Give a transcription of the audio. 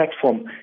platform